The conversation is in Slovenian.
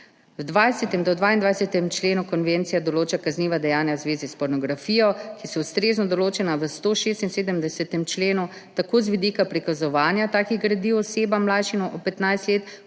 od 20. do 22. člena konvencije določa kazniva dejanja v zvezi s pornografijo, ki so ustrezno določena v 176. členu, tako z vidika prikazovanja takih gradiv osebam, mlajšim od 15 let,